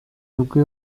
nibwo